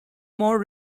more